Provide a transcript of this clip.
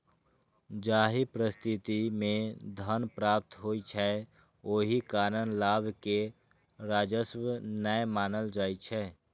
जाहि परिस्थिति मे धन प्राप्त होइ छै, ओहि कारण लाभ कें राजस्व नै मानल जाइ छै